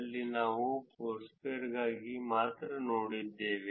ಅಲ್ಲಿ ನಾವು ಫೋರ್ಸ್ಕ್ವೇರ್ಗಾಗಿ ಮಾತ್ರ ನೋಡಿದ್ದೇವೆ ಇಲ್ಲಿ ನಾವು ನೋಡುತ್ತಿದ್ದೀರಿ